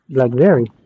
Blackberry